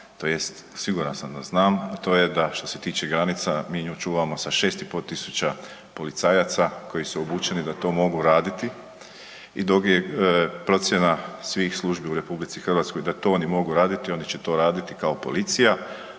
tj. siguran sam da znam, a to je da što se tiče granica, mi nju čuvamo sa 6,5 tisuća policajaca koji su obučeni da to mogu raditi. I dok je procjena svih službi u RH da to oni mogu raditi, oni će to raditi kao policija.